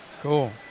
cool